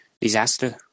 disaster